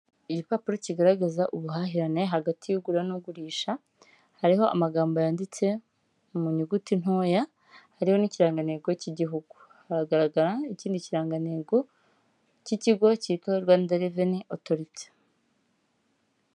Igipapuro kigaragaza ubuhahirane hagati y'ugura n'ugurisha hariho amagambo yanditse mu nyuguti ntoya, harimo n'ikirangantego cy'igihugu hagaragara ikindi kirangantego cy'ikigo cyitwa Rwanda reveni otoriti.